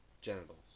genitals